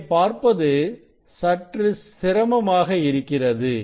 இங்கே பார்ப்பது சற்று சிரமமாக இருக்கிறது